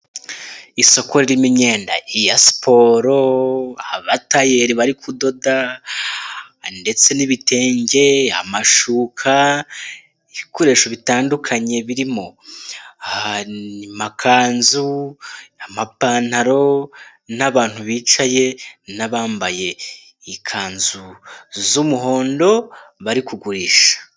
Isoko ririmo imyenda iya siporo ,abatayeri bari kudoda ndetse n'ibitenge, amashuka ,ibikoresho bitandukanye birimo amakanzu, amapantaro n'abantu bicaye n'abambaye ikanzu z'umuhondo bari kugurisha.